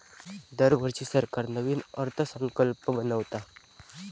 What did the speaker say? दरवर्षी सरकार नवीन अर्थसंकल्प बनवता